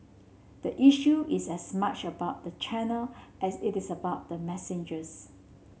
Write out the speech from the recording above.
the issue is as much about the channel as it is about the messenger